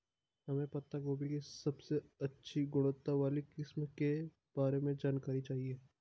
हमें पत्ता गोभी की सबसे अच्छी गुणवत्ता वाली किस्म के बारे में जानकारी चाहिए?